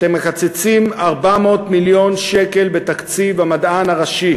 אתם מקצצים 400 מיליון שקל בתקציב המדען הראשי,